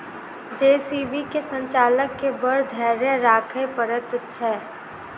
JCB के संचालक के बड़ धैर्य राखय पड़ैत छै